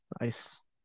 Nice